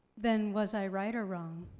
then was i right or wrong?